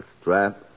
strap